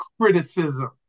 criticism